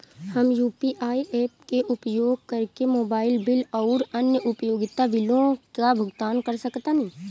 हम UPI apps के उपयोग करके मोबाइल बिल आउर अन्य उपयोगिता बिलों का भुगतान कर सकतानी